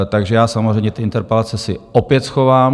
Takže já samozřejmě ty interpelace si opět schovám.